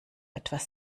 etwas